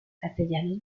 castellanos